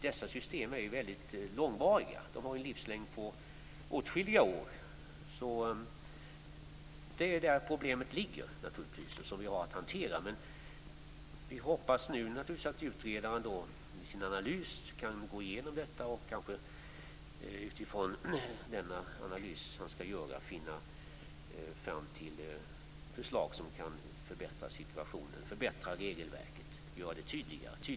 Dessa system är långvariga. De har en livslängd på åtskilliga år. Däri ligger problemet som vi har att hantera. Vi hoppas naturligtvis att utredaren utifrån sin kommande analys kan finna förslag som kan förbättra regelverket och göra det tydligare.